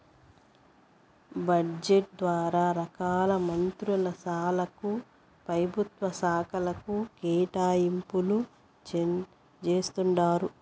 budget ద్వారా రకాల మంత్రుల శాలకు, పెభుత్వ శాకలకు కేటాయింపులు జేస్తండారు